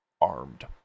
armed